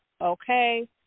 okay